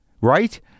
right